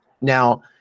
Now